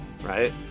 right